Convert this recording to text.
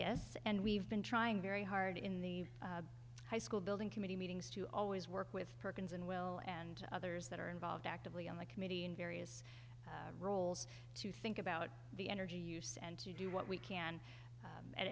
yes and we've been trying very hard in the high school building committee meetings to always work with perkins and will and others that are involved actively on the committee in various roles to think about the energy use and to do what we can